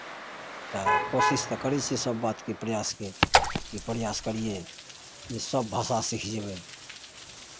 तऽ कोशिश तऽ करै छियै सभ बातके प्रयासके जे प्रयास करियै जे सभ भाषा सीख जयबै